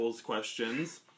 questions